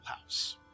House